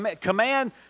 command